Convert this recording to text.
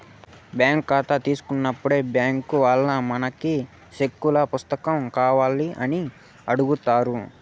bank కాతా తీసుకున్నప్పుడే బ్యాంకీ వాల్లు మనకి సెక్కుల పుస్తకం కావాల్నా అని అడుగుతారు